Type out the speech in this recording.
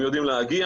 הם יודעים להגיע.